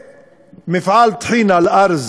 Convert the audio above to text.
ומפעל טחינה "אל ארז",